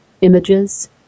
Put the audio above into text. images